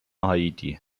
haiti